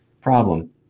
Problem